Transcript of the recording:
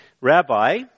Rabbi